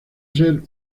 ser